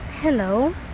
Hello